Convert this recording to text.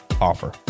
offer